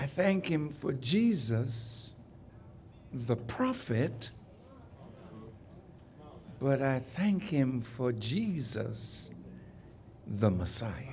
i thank him for jesus the prophet but i thank him for jesus the messiah